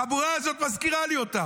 החבורה הזאת מזכירה לי אותם.